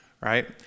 right